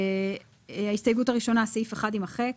ההסתייגות הראשונה, סעיף 1 יימחק.